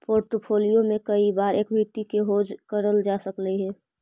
portfolio में कई बार एक्विटी को हेज करल जा सकलई हे